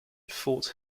fort